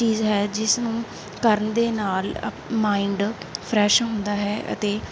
ਚੀਜ਼ ਹੈ ਜਿਸ ਨੂੰ ਕਰਨ ਦੇ ਨਾਲ ਅਪ ਮਾਇੰਡ ਫਰੈਸ਼ ਹੁੰਦਾ ਹੈ ਅਤੇ